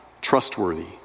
trustworthy